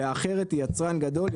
והאחרת היא יצרן גדול,